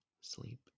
sleep